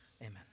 amen